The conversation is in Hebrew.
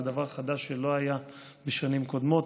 זה דבר חדש שלא היה בשנים קודמות,